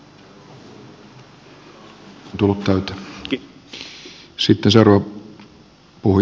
arvoisa puhemies